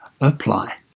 apply